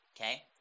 Okay